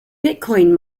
bitcoin